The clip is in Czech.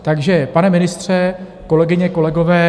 Takže pane ministře, kolegyně, kolegové.